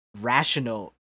rational